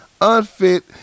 unfit